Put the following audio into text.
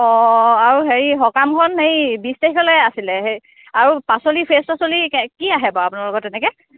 অঁ আৰু হেৰি সকামখন এই বিশ তাৰিখলৈ আছিল আৰু পাচলি ফ্ৰেছ পাচলি কে কি আহে বাও আপোনালোকৰ তেনেকৈ